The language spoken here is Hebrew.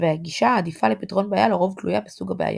והגישה העדיפה לפתרון בעיה לרוב תלויה בסוג הבעיה.